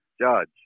judge